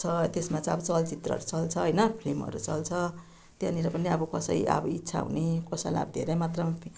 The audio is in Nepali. छ त्यसमा चाहिँ अब चलचित्रहरू चल्छ होइन फ्लिमहरू चल्छ त्यहाँनिर पनि अब कसै अब इच्छा हुने कसैलाई अब धेरै मात्रामा